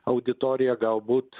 auditoriją galbūt